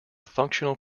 functional